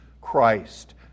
Christ